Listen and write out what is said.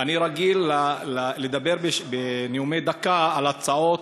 אני רגיל לדבר בנאומים בני דקה על הצעות